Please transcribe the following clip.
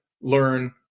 learn